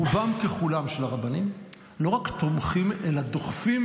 רובם ככולם של הרבנים לא רק תומכים אלא דוחפים,